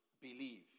believe